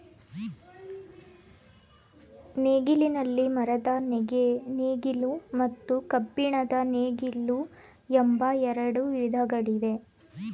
ನೇಗಿಲಿನಲ್ಲಿ ಮರದ ನೇಗಿಲು ಮತ್ತು ಕಬ್ಬಿಣದ ನೇಗಿಲು ಎಂಬ ಎರಡು ವಿಧಗಳಿವೆ